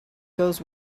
goes